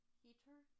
heater